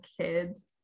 kids